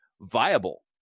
viable